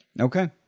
Okay